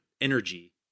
energy